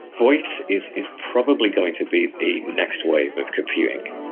voice is is probably going to be the next wave of computing.